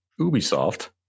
Ubisoft